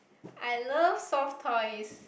I love soft toys